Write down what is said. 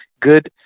good